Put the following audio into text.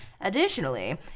Additionally